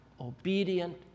obedient